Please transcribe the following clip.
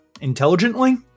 intelligently